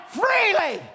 freely